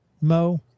Mo